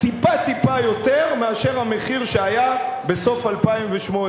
טיפ-טיפה יותר מאשר המחיר שהיה בסוף 2008,